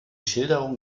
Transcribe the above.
schilderungen